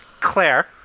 claire